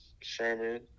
Sherman